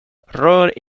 rör